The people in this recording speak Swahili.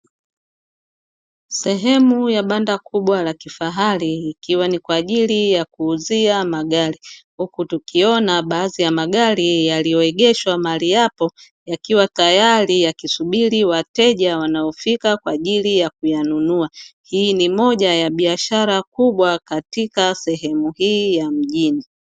Sehemu ya banda kubwa la kifaharil ikiwa ni kwa ajili ya kuuzia magari huku tukiona baadhi ya magari yaliyoegeshwa mahali hapo yakiwa tayari, yakisubiri wateja wanaofika mahali hapo kwa ajili ya kuyanunua. Hii ni moja ya biashara kubwa katika sehemu hii ya mjini.